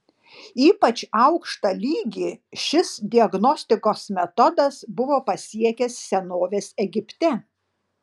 ypač aukštą lygį šis diagnostikos metodas buvo pasiekęs senovės egipte